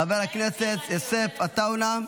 חבר הכנסת יוסף עטאונה,